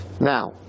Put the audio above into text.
Now